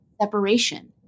separation